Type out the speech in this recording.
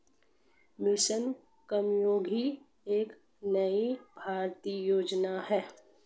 mission Karmayogi एक नई भारतीय योजना है